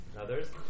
others